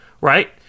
right